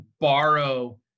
borrow